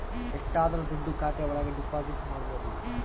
ಎಷ್ಟಾದರೂ ದುಡ್ಡು ಖಾತೆ ಒಳಗ ಡೆಪಾಸಿಟ್ ಮಾಡ್ಬೋದು